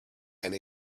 and